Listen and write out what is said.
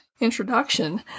introduction